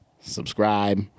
subscribe